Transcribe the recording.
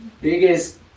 biggest